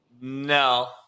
No